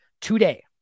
today